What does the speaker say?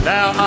Now